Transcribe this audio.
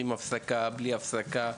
עם או בלי הפסקה,